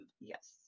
Yes